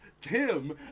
Tim